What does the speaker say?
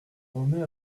remet